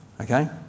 Okay